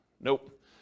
nope